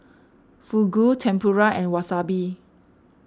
Fugu Tempura and Wasabi